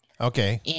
Okay